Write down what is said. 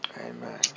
Amen